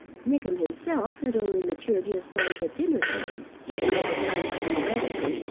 nickem himself had only matured his plans at dinner time and was obliged to be reticent,